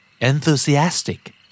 Enthusiastic